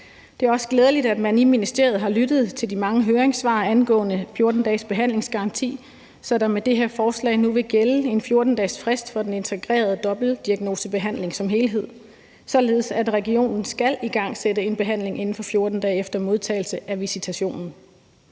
Det er også glædeligt, at man i ministeriet har lyttet til de mange høringssvar angående 14-dagesbehandlingsgaranti, så der med det her forslag nu vil gælde en 14-dagesfrist for den integrerede dobbeltdiagnosebehandling som helhed, således at regionen skal igangsætte en behandling inden for 14 dage efter modtagelse af visitationen.